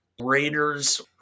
Raiders